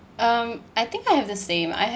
um I think I have the same I have